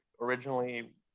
originally